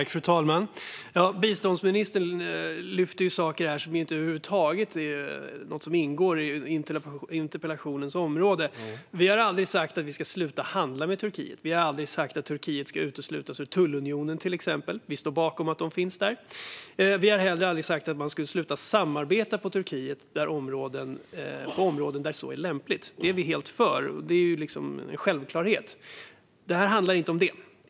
Fru talman! Biståndsministern tar upp saker som över huvud taget inte ingår i interpellationens område. Vi har aldrig sagt att vi ska sluta handla med Turkiet eller att Turkiet ska uteslutas ur tullunionen. Vi står bakom att de finns där. Vi har heller aldrig sagt att man ska sluta samarbeta med Turkiet på områden där så är lämpligt. Detta är vi helt för. Det är en självklarhet. Men interpellationen handlar inte om det.